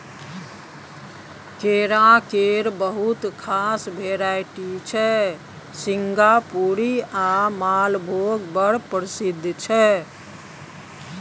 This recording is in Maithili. केरा केर बहुत रास भेराइटी छै सिंगापुरी आ मालभोग बड़ प्रसिद्ध छै